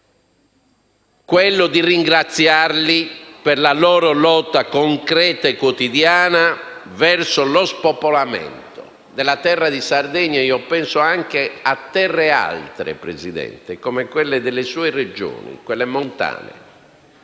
quello di ringraziarli per la loro lotta concreta e quotidiana contro lo spopolamento della terra di Sardegna. E penso anche ad altre terre, signor Presidente, come quelle delle sue Regioni, quelle montane,